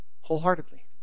wholeheartedly